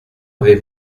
avez